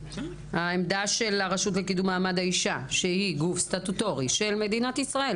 העמדה של הרשות לקידום מעמד האישה שהיא גוף סטטוטורי של מדינת ישראל,